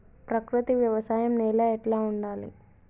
ప్రకృతి వ్యవసాయం నేల ఎట్లా ఉండాలి?